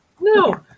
No